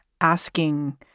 asking